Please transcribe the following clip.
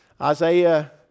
Isaiah